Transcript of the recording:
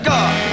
God